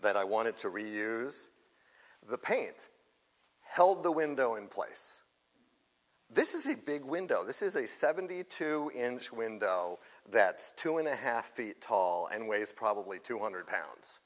that i wanted to reuse the paint held the window in place this is the big window this is a seventy two inch window that two and a half feet tall and weighs probably two hundred pounds